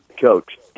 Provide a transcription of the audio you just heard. Coach